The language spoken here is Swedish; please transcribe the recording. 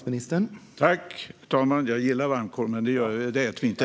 Herr talman! Jag gillar varmkorv .: Jag visste ju det.)